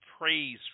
praise